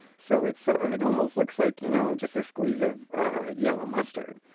so it so ah and almost looks like you know just a squeeze of yellow mustard,